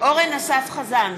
אורן אסף חזן,